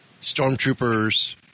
stormtroopers